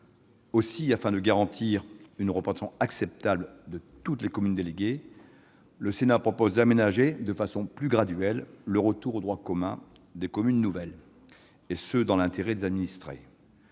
Aussi, afin de garantir une représentation acceptable de toutes les communes déléguées, le Sénat propose d'aménager de façon plus graduelle le retour au droit commun des communes nouvelles, et ce dans l'intérêt des administrés.